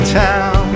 town